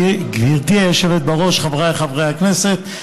חבריי חברי הכנסת,